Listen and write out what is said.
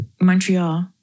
Montreal